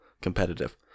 competitive